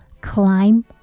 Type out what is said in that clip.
climb